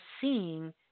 seeing